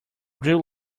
grew